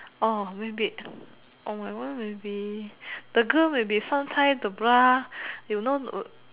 orh maybe orh my one maybe the girl maybe sometime the bra you know